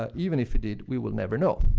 ah even if he did, we will never know.